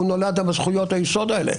הוא נולד עם זכויות היסוד האלה.